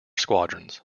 squadrons